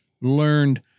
learned